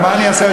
נו, מה אני אעשה?